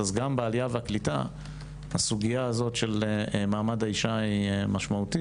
גם בוועדת העלייה והקליטה הסוגיה הזאת של מעמד האישה היא משמעותית,